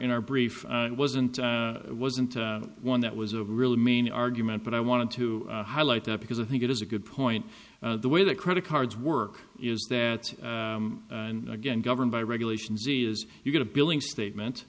in our brief it wasn't it wasn't one that was a really main argument but i wanted to highlight that because i think it is a good point the way the credit cards work is that and again governed by regulations is you get a billing statement